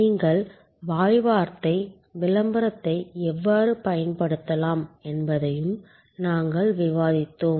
நீங்கள் வாய் வார்த்தை விளம்பரத்தை எவ்வாறு பயன்படுத்தலாம் என்பதையும் நாங்கள் விவாதித்தோம்